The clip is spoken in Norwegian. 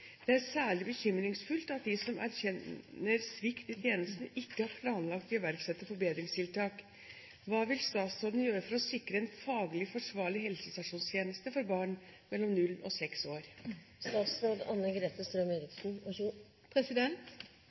Det er særlig bekymringsfullt at de som erkjenner svikt i tjenestene, ikke har planlagt å iverksette forbedringstiltak. Hva vil statsråden gjøre for å sikre en faglig forsvarlig helsestasjonstjeneste for barn mellom 0 og 6 år?»